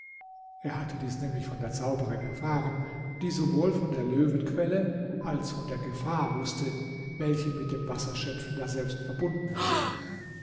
er hatte dies nämlich von der zauberin erfahren die sowohl von der löwenquelle als von der gefahr wußte welche mit dem wasserschöpfen daselbst verbunden war